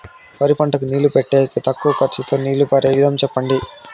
వరి పంటకు నీళ్లు పెట్టేకి తక్కువ ఖర్చుతో నీళ్లు పారే విధం చెప్పండి?